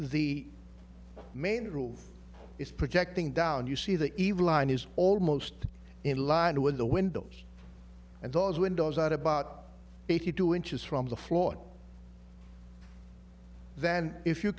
the main roof is protecting down you see the evil line is almost in line two in the windows and those windows are about eighty two inches from the floor then if you